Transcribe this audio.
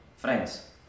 Friends